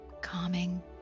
calming